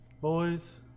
Boys